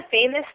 famous